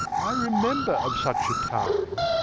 i remember of such a time,